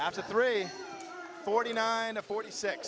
after three forty nine to forty six